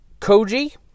Koji